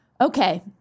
Okay